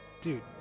Dude